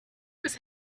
was